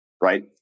right